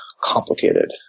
complicated